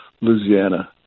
Louisiana